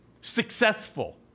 successful